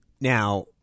Now